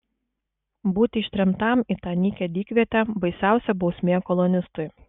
būti ištremtam į tą nykią dykvietę baisiausia bausmė kolonistui